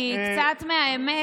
כי קצת מהאמת,